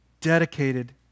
dedicated